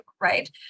right